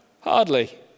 Hardly